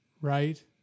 Right